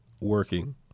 working